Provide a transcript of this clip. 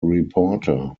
reporter